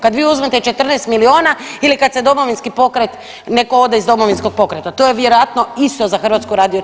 Kad vi uzmete 14 milijuna ili kad se Domovinski pokret neko ode iz Domovinskog pokreta, to je vjerojatno isto za HRT.